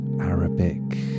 Arabic